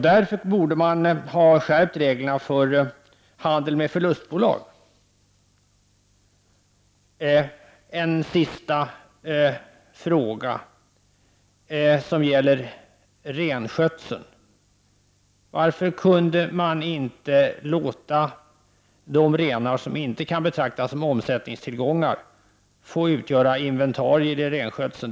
Därför borde reglerna för handel med förlustbolag ha skärpts. Jag vill ställa en sista fråga som gäller renskötseln. Varför kunde inte de renar som inte kan betraktas som omsättningstillgångar få utgöra inventarier i renskötseln?